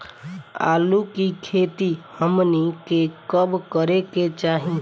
आलू की खेती हमनी के कब करें के चाही?